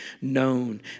known